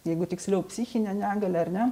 jeigu tiksliau psichinę negalią ar ne